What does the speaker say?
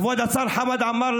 כבוד השר חמד עמאר,